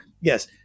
yes